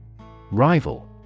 Rival